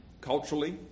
culturally